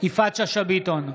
יפעת שאשא ביטון,